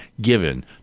given